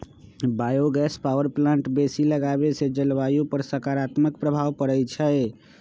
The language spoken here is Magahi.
बायो गैस पावर प्लांट बेशी लगाबेसे जलवायु पर सकारात्मक प्रभाव पड़इ छै